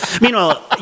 Meanwhile